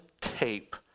tape